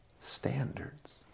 standards